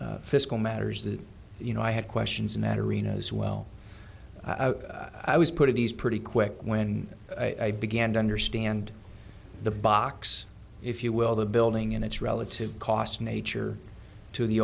fiscal matters that you know i had questions in that arena as well i was putting these pretty quick when i began to understand the box if you will the building and its relative cost nature to the